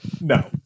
No